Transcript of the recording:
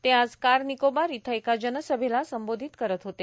ते आज कार निकोबार इथं एका जनसभेला संबोधित करत होते